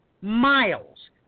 miles